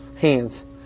hands